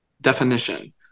definition